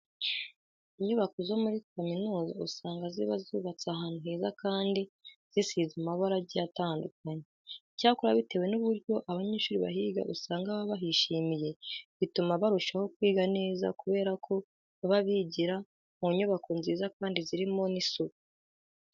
Inyubako zo muri kaminuza usanga ziba zubatse ahantu heza kandi zisize n'amabara agiye atandukanye. Icyakora bitewe n'uburyo abanyeshuri bahiga usanga baba bahishimiye, bituma barushaho kwiga neza kubera ko baba bigira mu nyubako nziza kandi zirimo n'isuku.